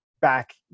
back